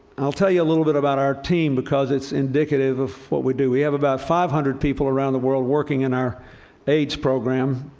i'll tell you a little bit about our team because it's indicative of what we do. we have about five hundred people around the world working in our aids program,